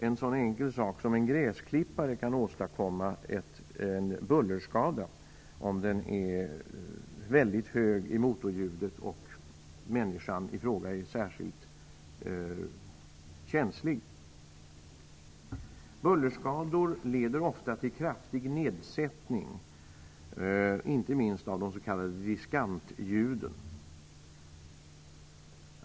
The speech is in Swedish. En så enkel sak som en gräsklippare kan åstadkomma en bullerskada hos en människa om motorljudet är väldigt högt och människan särskilt känslig. Bullerskador leder ofta till kraftig nedsättning av hörseln, inte minst när det gäller de s.k. diskantljuden.